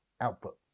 output